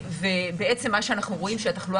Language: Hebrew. ובעצם מה שאנחנו רואים הוא שהתחלואה